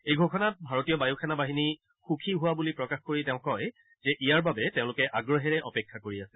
এই ঘোষণাত ভাৰতীয় বায়ুসেনা বাহিনী সুখী হোৱা বুলি প্ৰকাশ কৰি তেওঁ কয় যে ইয়াৰ বাবে তেওঁলোকে আগ্ৰহেৰে অপেক্ষা কৰি আছে